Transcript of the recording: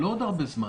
לא עוד הרבה זמן,